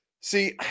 See